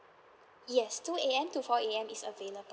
yes two A_M to four A_M is available